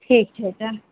ठीक छै चलू